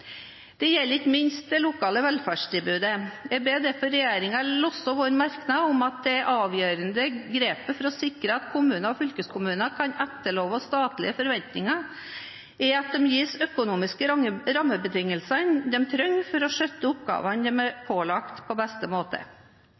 Det gjelder ikke minst det lokale velferdstilbudet. Jeg ber derfor regjeringen lese vår merknad om at det avgjørende grepet for å sikre at kommunene og fylkeskommunene kan etterleve statlige forventninger, er at de gis de økonomiske rammebetingelsene de trenger for å skjøtte oppgavene som de er pålagt, på best mulig måte.